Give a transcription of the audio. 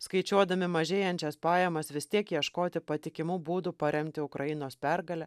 skaičiuodami mažėjančias pajamas vis tiek ieškoti patikimų būdų paremti ukrainos pergalę